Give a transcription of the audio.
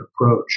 approach